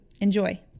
Enjoy